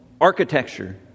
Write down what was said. Architecture